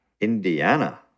Indiana